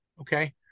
Okay